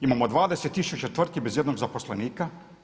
Imamo 20000 tvrtki bez ijednog zaposlenika.